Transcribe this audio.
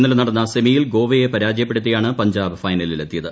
ഇന്നലെ നടന്ന സെമിയിൽ ഗോവയെ പരാജയപ്പെടുത്തിയാണ് പഞ്ചാബ് ഫൈനലിൽ എത്തിയത്